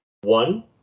One